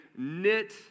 knit